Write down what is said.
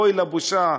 אוי לבושה.